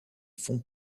fonds